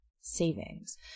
savings